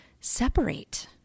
separate